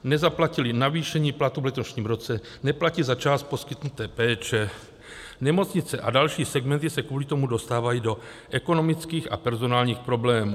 Nezaplatily jim navýšení platů v letošním roce, neplatí za část poskytnuté péče, nemocnice a další segmenty se kvůli tomu dostávají do ekonomických a personálních problémů.